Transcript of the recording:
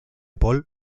paul